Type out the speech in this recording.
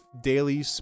daily